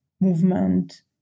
movement